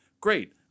Great